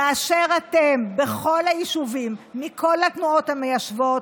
באשר אתם, בכל היישובים, מכל התנועות המיישבות,